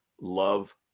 love